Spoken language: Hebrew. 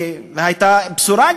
והייתה גם בשורה,